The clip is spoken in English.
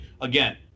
Again